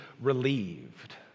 relieved